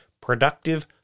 Productive